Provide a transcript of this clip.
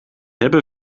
hebben